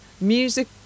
music